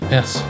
Yes